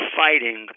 fighting